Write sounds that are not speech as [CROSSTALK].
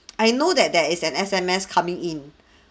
[NOISE] I know that there is an S_M_S coming in [BREATH]